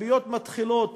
הציפיות מתחילות